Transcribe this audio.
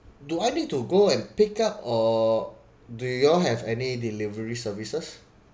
do I need to go and pick up or do y'all have any delivery services